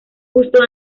justo